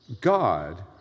God